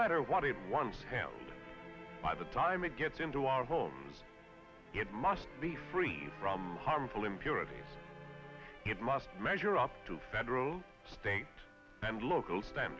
matter what it once held by the time it gets into our homes it must be free from harmful impurities it must measure up to federal state and local